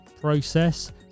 process